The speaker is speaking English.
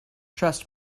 trust